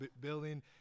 building